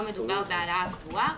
לא מדובר בהעלאה קבועה.